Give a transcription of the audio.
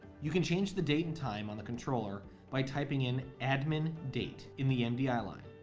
you can change the date and time on the controller by typing in admin date in the mdi ah line,